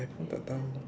I pun tak tahu